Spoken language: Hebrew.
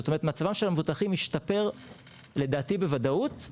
זאת אומרת, מצבם של המבוטחים ישתפר לדעתי בוודאות.